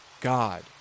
God